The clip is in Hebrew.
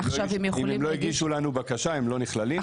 אם הם לא הגישו לנו בקשה הם לא נכללים.